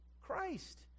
Christ